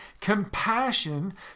compassion